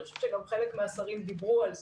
ואני חושבת שגם חלק מהשרים דיברו על זה.